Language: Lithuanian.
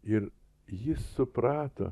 ir ji suprato